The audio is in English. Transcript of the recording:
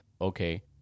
okay